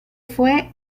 fue